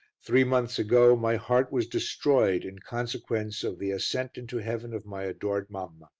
three months ago my heart was destroyed in consequence of the ascent into heaven of my adored mamma.